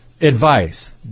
advice